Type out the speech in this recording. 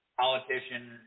politician